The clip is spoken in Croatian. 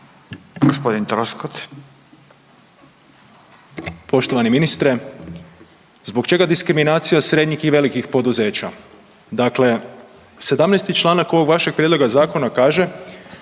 Zvonimir (MOST)** Poštovani ministre, zbog čega diskriminacija srednjih i velikih poduzeća. Dakle, 17.-ti članak ovog vašeg prijedloga zakona kaže